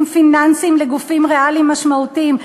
פיננסיים לגופים ריאליים משמעותיים,